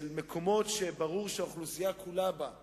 במקומות שברור שהאוכלוסייה כולה בהם